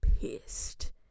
pissed